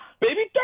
Baby